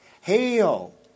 hail